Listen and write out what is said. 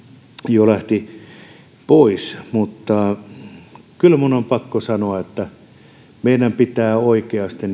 jo lähti pois mutta kyllä minun on pakko sanoa että meidän pitää oikeasti